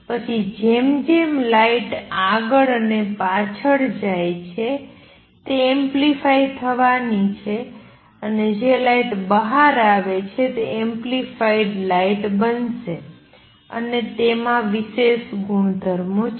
પછી જેમ જેમ લાઇટ આગળ અને પાછળ જાય છે તે એમ્પ્લિફાઇ થવાની છે અને જે લાઇટ બહાર આવે છે તે એમ્પ્લિફાઇડ લાઇટ બનશે અને તેમાં વિશેષ ગુણધર્મો છે